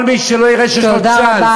כל מי שלא יראה שיש לו צ'אנס,